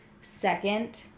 second